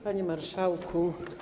Panie Marszałku!